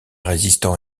résistant